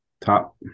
top